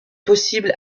possible